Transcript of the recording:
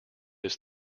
this